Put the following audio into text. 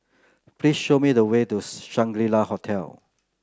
please show me the way to Shangri La Hotel